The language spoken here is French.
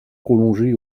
prolongée